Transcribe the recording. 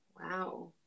wow